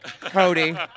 Cody